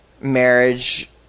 marriage